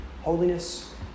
holiness